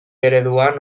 ereduan